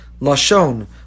Lashon